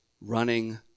running